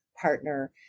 partner